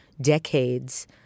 decades